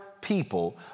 people